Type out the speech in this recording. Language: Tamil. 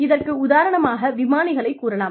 இதற்கு உதாரணமாக விமானிகளை கூறலாம்